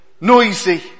noisy